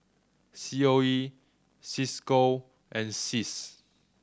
C O E Cisco and CIS